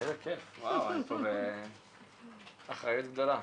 איזה כיף, זו אחריות גדולה.